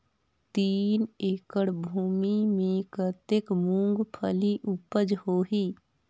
तीन एकड़ भूमि मे कतेक मुंगफली उपज होही?